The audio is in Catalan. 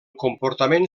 comportament